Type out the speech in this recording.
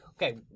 Okay